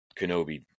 Kenobi